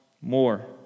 more